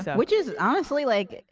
so which is, honestly like,